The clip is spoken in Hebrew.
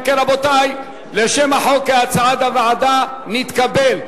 אם כן, רבותי, שם החוק, כהצעת הוועדה, נתקבל.